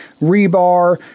rebar